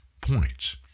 points